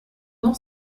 non